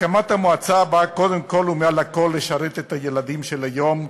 הקמת המועצה נועדה קודם כול ומעל לכול לשרת את הילדים של היום,